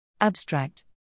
Abstract